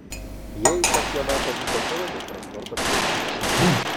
jie į čempionatą vyko savomis transporto priemonėmis